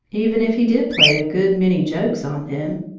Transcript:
even if he did play a good many jokes on them,